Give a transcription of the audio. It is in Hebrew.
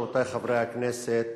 רבותי חברי הכנסת,